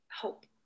hope